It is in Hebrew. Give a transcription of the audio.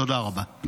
תודה רבה.